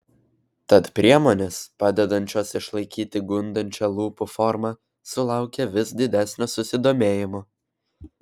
tad priemonės padedančios išlaikyti gundančią lūpų formą sulaukia vis didesnio susidomėjimo